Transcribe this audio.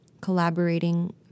collaborating